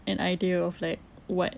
an idea of like what